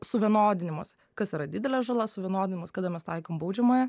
suvienodinimas kas yra didelė žala suvienodinimas kada mes taikom baudžiamąją